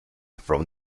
from